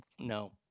No